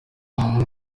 munsi